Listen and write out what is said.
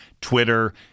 Twitter